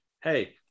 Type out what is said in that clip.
Hey